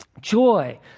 joy